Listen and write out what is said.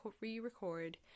re-record